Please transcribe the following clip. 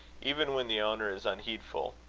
even when the owner is unheedful.